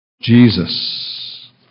Jesus